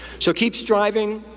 so, keep striving,